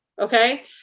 Okay